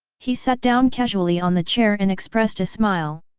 he sat down casually on the chair and expressed a smile.